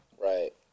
Right